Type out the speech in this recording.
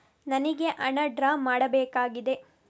ನನಿಗೆ ಹಣ ಡ್ರಾ ಮಾಡ್ಬೇಕಾಗಿದೆ